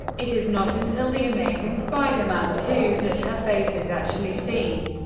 it is not until the amazing spider-man two that her face is actually seen.